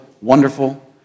wonderful